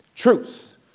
Truth